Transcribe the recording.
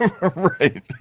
Right